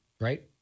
right